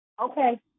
Okay